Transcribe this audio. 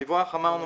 הדיווח אמרנו